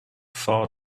far